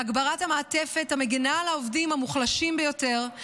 בהגברת המעטפת המגינה על העובדים המוחלשים ביותר,